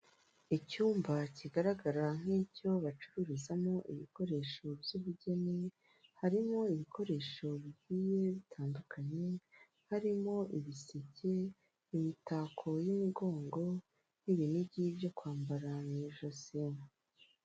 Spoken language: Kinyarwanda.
Icyumba kigaragara nk'icyo bacururizamo ibikoresho by'ubugeni, harimo ibikoresho bigiye bitandukanye, harimo ibisike, imitako y'imigongo n'ibinigi byo kwambara mu josi.